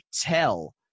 Tell